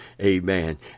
Amen